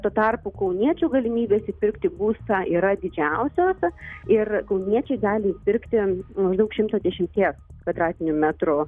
tuo tarpu kauniečių galimybės įpirkti būstą yra didžiausios ir kauniečiai gali įpirkti maždaug šimto dešimties kvadratinių metrų